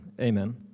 Amen